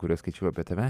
kuriuos skaičiau apie tave